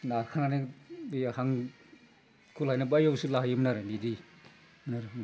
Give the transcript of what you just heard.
नारखोनानै बे हांखौ लाना बैयावसो लाहैयोमोन आरो बिदि आरोमोन